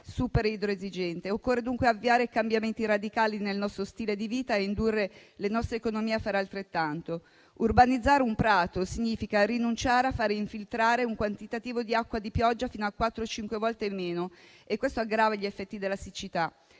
super idroesigente. Occorre, dunque, avviare cambiamenti radicali nel nostro stile di vita e indurre le nostre economie a fare altrettanto. Urbanizzare un prato significa rinunciare a far infiltrare un quantitativo di acqua di pioggia fino a quattro o cinque volte di meno e questo aggrava gli effetti della siccità.